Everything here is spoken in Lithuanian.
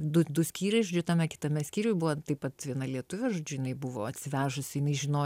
du skyriai žiūri tame kitame skyriuj buvo taip pat viena lietuvė žodžiu jinai buvo atsivežusi jinai žinojo